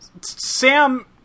Sam